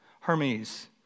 Hermes